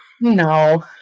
No